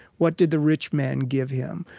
what did the rich man give him?